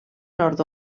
nord